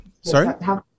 Sorry